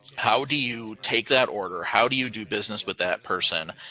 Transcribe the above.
how do you take that order? how do you do business with that person?